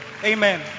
Amen